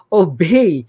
obey